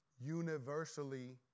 universally